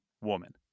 woman